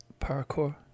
parkour